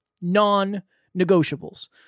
non-negotiables